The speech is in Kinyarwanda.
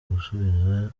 gusubiza